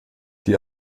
die